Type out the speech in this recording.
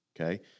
okay